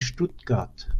stuttgart